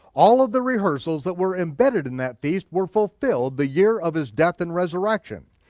all of the rehearsals that were embedded in that feast were fulfilled the year of his death and resurrection.